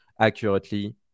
accurately